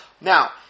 Now